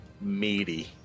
Meaty